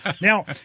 Now